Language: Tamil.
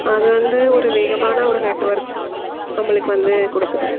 அது வந்து ஒரு வேகமான ஒரு நெட்வொர்க் நம்மளுக்கு வந்து கொடுக்குது